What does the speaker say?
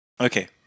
Okay